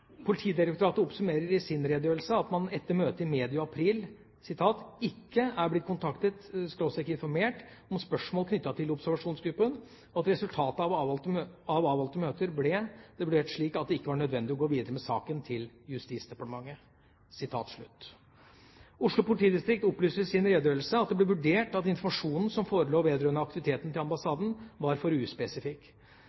Politidirektoratet oppsummerer i sin redegjørelse at man etter møtet medio april ikke er «blitt kontaktet/informert om spørsmål knyttet til «observasjonsgruppen»», og om «resultatet av avholdte møter ble det vurdert slik at det ikke var nødvendig å gå videre med saken til JD». Oslo politidistrikt opplyser i sin redegjørelse at det ble vurdert at informasjonen som forelå vedrørende aktiviteten til